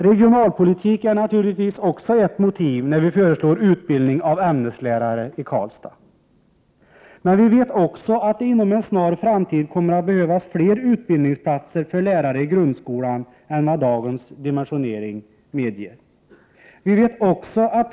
Regionalpolitiska hänsyn ingår naturligtvis också som ett motiv när vi föreslår att utbildning av ämneslärare förläggs till Karlstad. Vi vet också att det inom en snar framtid kommer att behövas fler utbildningsplatser för lärare i grundskolan än vad dagens dimensionering av denna utbildning medger.